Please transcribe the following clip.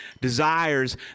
desires